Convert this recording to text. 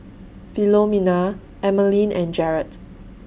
Philomena Emaline and Jarrett